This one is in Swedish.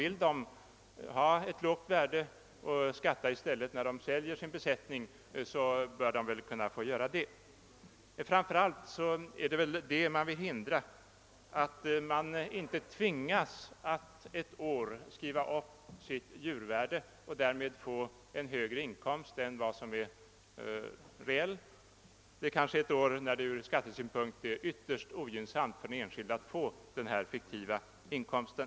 Vill de ha ett lågt värde och i stället skatta när de säljer sin besättning bör de kunna få det. Vad man framför allt vill förhindra är väl att en jordbrukare tvingas att ett år skriva upp sitt djurvärde och därmed får en högre inkomst än den reella. Detta kanske inträffar ett år när det ur skattesynpunkt är ytterst ogynnsamt för den enskilde att få denna fiktiva inkomst.